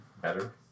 better